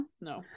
No